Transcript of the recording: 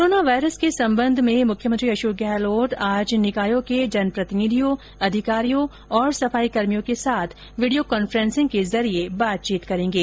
corona virus के संबंध में मुख्यमंत्री अशोक गहलोत आज निकायों के जन प्रतिनिधियों अधिकारियों और सफाई कर्मियों के साथ वीडियो कॉन्फ्रेन्सिंग के जरिये बातचीत करेंगे